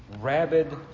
Rabid